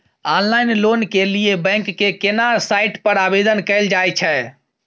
Online loan के लिए bank के केना साइट पर आवेदन कैल जाए छै?